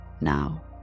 Now